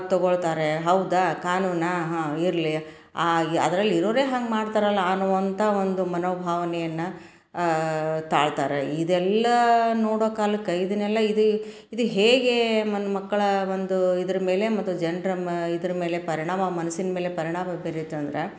ತೊಗೊಳ್ತಾರೆ ಹೌದಾ ಕಾನೂನಾ ಹಾಂ ಇರಲಿ ಅದ್ರಲ್ಲಿ ಇರೋರೇ ಹಂಗೆ ಮಾಡ್ತಾರಲ್ವ ಅನ್ನುವಂಥ ಒಂದು ಮನೋಭಾವನೆಯನ್ನು ತಾಳ್ತಾರೆ ಇದೆಲ್ಲ ನೋಡೋ ಕಾಲಕ್ಕೆ ಇದನ್ನೆಲ್ಲ ಇದು ಇದು ಹೇಗೆ ಮಕ್ಕಳ ಒಂದು ಇದ್ರ ಮೇಲೆ ಮತ್ತು ಜನರ ಮ ಇದರ ಮೇಲೆ ಪರಿಣಾಮ ಮನ್ಸಿನ ಮೇಲೆ ಪರಿಣಾಮ ಬೀರಿತ್ತು ಅಂದ್ರೆ